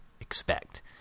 expect